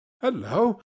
hello